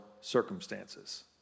circumstances